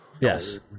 Yes